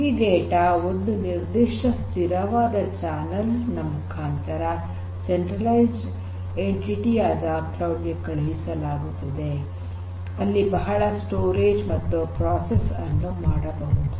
ಈ ಡೇಟಾ ಒಂದು ನಿರ್ಧಿಷ್ಟ ಸ್ಥಿರವಾದ ಚಾನಲ್ ನ ಮುಖಾಂತರ ಸೆಂಟ್ರಲೈಜ್ಡ್ ಎಂಟಿಟಿ ಆದ ಕ್ಲೌಡ್ ಗೆ ಕಳುಹಿಸಲಾಗುತ್ತದೆ ಅಲ್ಲಿ ಬಹಳ ಸ್ಟೋರೇಜ್ ಮತ್ತು ಪ್ರೋಸೆಸ್ ಅನ್ನು ಮಾಡಬಹುದು